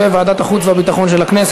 לוועדת החוץ והביטחון נתקבלה.